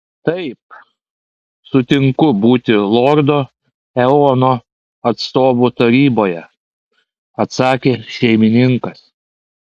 taip sutinku būti lordo eono atstovu taryboje atsakė šeimininkas